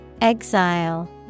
Exile